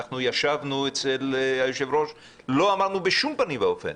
אנחנו ישבנו אצל היושב-ראש ולא אמרנו בשום פנים ואופן